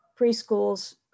preschools